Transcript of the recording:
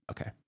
Okay